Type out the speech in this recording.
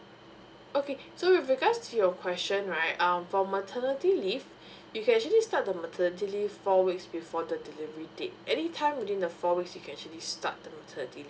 okay so with regards to your question right um for maternity leave you can actually start the maternity leave four weeks before the delivery date any time within the four weeks you can actually start the maternity